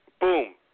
Boom